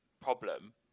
problem